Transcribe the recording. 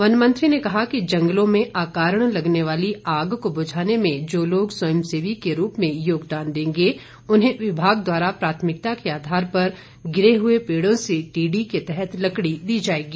one मंत्री ने कहा कि जंगलों में अकारण लगने वाली आग को बुझाने में जो लोग स्वयंसेवी के रूप में योगदान देंगे उन्हें विभाग द्वारा प्राथमिकता के आधार पर गिरे हुए पेड़ों से टीडी के तहत लकड़ी दी जाएगी